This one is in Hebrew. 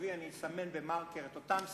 אני אסמן במרקר את אותם סעיפים,